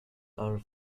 are